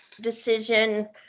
decision